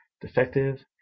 defective